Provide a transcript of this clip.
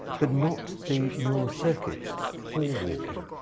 but not the neural circuits for walking.